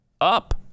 up